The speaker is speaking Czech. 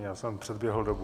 Já jsem předběhl dobu.